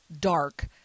dark